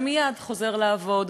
ומייד חוזר לעבוד.